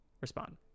respond